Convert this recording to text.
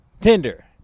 Tinder